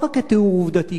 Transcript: לא רק התיאור העובדתי,